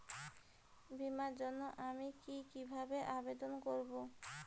বিমার জন্য আমি কি কিভাবে আবেদন করব?